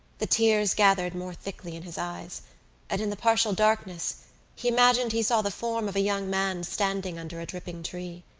the tears gathered more thickly in his eyes and in the partial darkness he imagined he saw the form of a young man standing under a dripping tree.